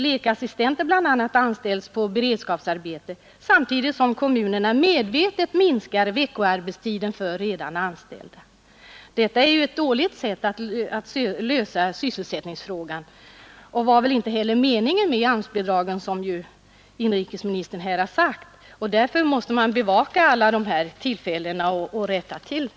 a. lekassistenter anställs för beredskapsarbete samtidigt som kommunerna medvetet minskar veckoarbetstiden för redan anställda. Detta är ju ett dåligt sätt att lösa sysselsättningsfrågan och var väl inte heller meningen med AMS-bidragen, som inrikesministern här har sagt. Därför måste man bevaka alla dessa tillfällen och rätta till det.